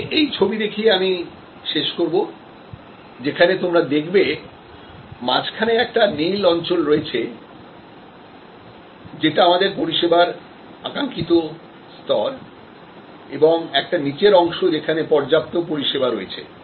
আজকে এই ছবি দেখিয়ে আমি শেষ করবো যেখানে তোমরা দেখবে মাঝখানে একটা নীল অঞ্চল রয়েছে যেটা আমাদের পরিষেবার আকাঙ্ক্ষিত স্তর এবং একটা নিচের অংশ যেখানে পর্যাপ্ত পরিষেবা রয়েছে